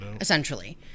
essentially